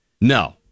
No